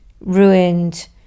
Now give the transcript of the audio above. ruined